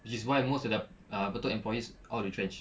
which is why most of their ah apa tu employees all retrenched